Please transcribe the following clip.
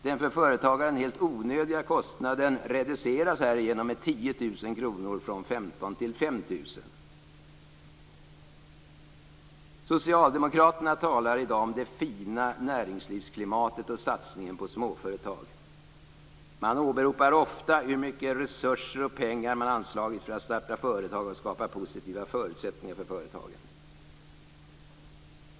Den för företagaren helt onödiga kostnaden reduceras härigenom med 10 000 kr från ca 15 000 Socialdemokraterna talar i dag om det fina näringslivsklimatet och satsningen på småföretag. Man åberopar ofta hur mycket resurser och pengar man anslagit för att starta företag och skapa positiva förutsättningar för företagen.